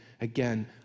again